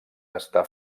està